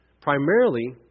primarily